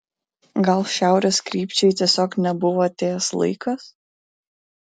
gal šiaurės krypčiai tiesiog nebuvo atėjęs laikas